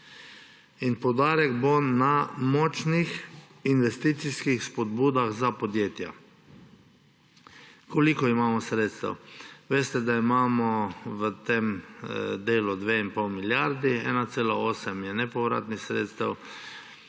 In poudarek bo na močnih investicijskih spodbudah za podjetja. Koliko imamo sredstev? Veste, da imamo v tem delu 2,5 milijarde, 1,8 je nepovratnih sredstev,